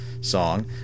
song